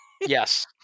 Yes